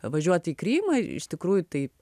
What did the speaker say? važiuoti į krymą iš tikrųjų tai